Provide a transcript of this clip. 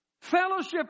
Fellowship